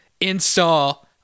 install